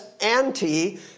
anti